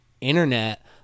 internet